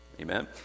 Amen